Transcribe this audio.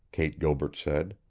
kate gilbert said.